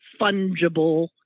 fungible